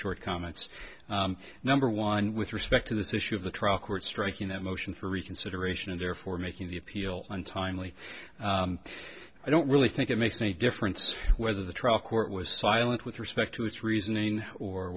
short comments number one with respect to this issue of the trial court striking a motion for reconsideration and therefore making the appeal untimely i don't really think it makes any difference whether the trial court was silent with respect to its reasoning or